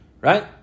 Right